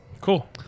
Cool